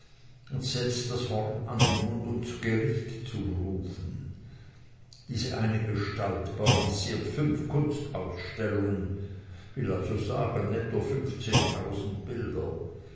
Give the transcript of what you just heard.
und setzt das horn an den mund um zu gericht zu rufen diese eine gestalt balanciert fünf kunstausstellungen will also sagen netto fünfzehntausend bilder